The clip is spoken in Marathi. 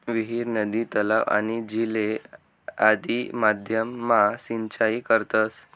विहीर, नदी, तलाव, आणि झीले आदि माध्यम मा सिंचाई करतस